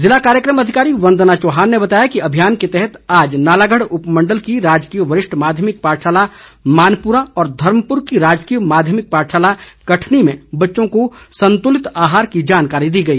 जिला कार्यक्रम अधिकारी वंदना चौहान ने बताया है कि अभियान के तहत आज नालागढ़ उपमंडल की राजकीय वरिष्ठ माध्यमिक पाठशाला मानपूरा और धर्मपूर की राजकीय माध्यमिक पाठशाला कठनी में बच्चों को संतुलित आहार की जानकारी दी गई